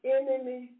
enemy